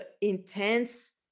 intense